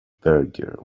burger